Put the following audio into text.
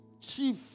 chief